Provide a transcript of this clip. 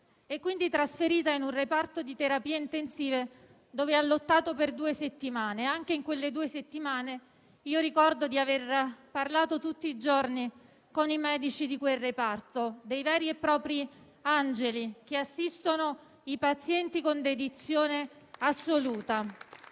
e quindi trasferita in un reparto di terapia intensiva dove ha lottato per due settimane. Anche in quelle due settimane ricordo di aver parlato tutti i giorni con i medici di quel reparto: veri e propri angeli che assistono i pazienti con dedizione assoluta.